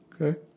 Okay